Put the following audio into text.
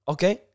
Okay